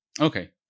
Okay